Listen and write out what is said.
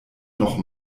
noch